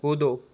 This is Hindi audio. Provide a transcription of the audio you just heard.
कूदो